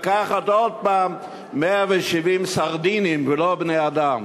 היו צריכים לקחת עוד הפעם 170 סרדינים ולא בני-אדם.